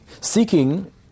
seeking